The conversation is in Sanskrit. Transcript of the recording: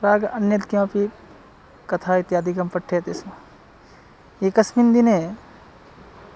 प्राग् अन्यत् किमपि कथा इत्यादिकं पठ्यते स्म एकस्मिन् दिने